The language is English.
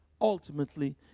ultimately